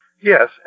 Yes